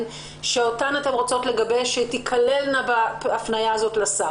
ושאותם אתם רוצים לגבש ושתיכללנה בהמלצות לשר.